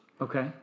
Okay